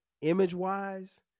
image-wise